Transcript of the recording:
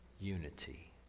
Unity